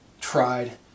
tried